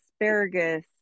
asparagus